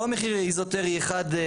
לא מחיר איזוטרי אחד.